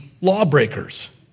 lawbreakers